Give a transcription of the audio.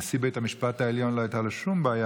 לנשיא בית המשפט העליון לא הייתה שום בעיה